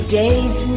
days